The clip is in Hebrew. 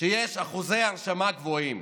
שיש אחוזי הרשמה גבוהים.